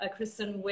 Kristen